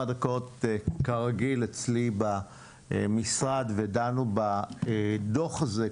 דקות כרגיל אצלי במשרד ודנו בדו"ח הזה,